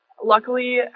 Luckily